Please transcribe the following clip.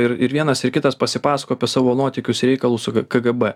ir ir vienas ir kitas pasipasakojo apie savo nuotykius reikalus su kgb